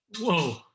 Whoa